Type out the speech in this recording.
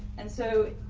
and so,